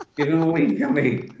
give him a weed gummy.